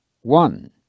one